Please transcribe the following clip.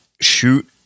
shoot